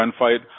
gunfight